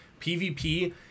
PvP